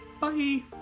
Bye